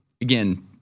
Again